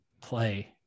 play